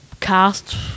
cast